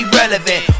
relevant